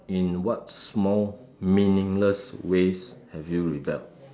in what small meaningless ways have you rebelled